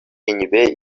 енӗпе